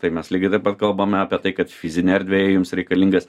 tai mes lygiai taip pat kalbame apie tai kad fizinėje erdvėje jums reikalingas